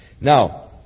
Now